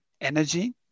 energy